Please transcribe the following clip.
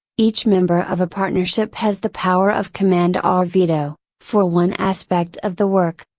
each member of a partnership has the power of command or veto, for one aspect of the work.